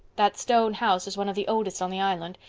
that stone house is one of the oldest on the island.